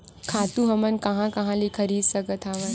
खातु हमन कहां कहा ले खरीद सकत हवन?